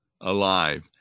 alive